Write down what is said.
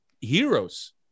heroes